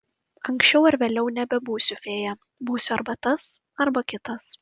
anksčiau ar vėliau nebebūsiu fėja būsiu arba tas arba kitas